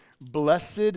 Blessed